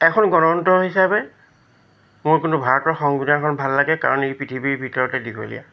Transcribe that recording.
এখন গণতন্ত্ৰ হিচাপে মোৰ কিন্তু ভাৰতৰ সংবিধানখন ভাল লাগে কাৰণ ই পৃথিৱীৰ ভিতৰতে দীঘলীয়া